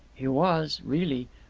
he was, really.